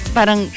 Parang